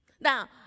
Now